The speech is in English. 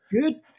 Good